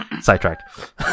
sidetracked